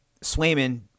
Swayman